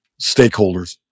stakeholders